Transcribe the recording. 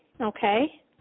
Okay